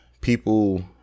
people